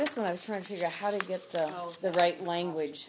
then when i was trying to figure out how to get the right language